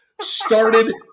started